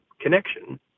connection